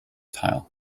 tile